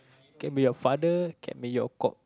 can be your father can be your co~